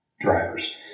drivers